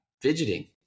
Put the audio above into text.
fidgeting